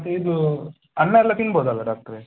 ಮತ್ತೆ ಇದು ಅನ್ನ ಎಲ್ಲ ತಿನ್ಬೋದಲ್ಲ ಡಾಕ್ಟ್ರೇ